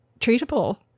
treatable